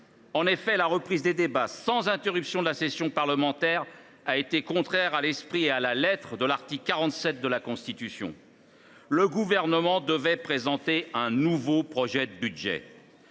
En effet, la reprise des débats sans interruption de la session parlementaire est contraire à l’esprit et à la lettre de l’article 47 de la Constitution. Le Gouvernement devait présenter un nouveau projet de budget